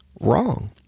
wrong